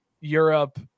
Europe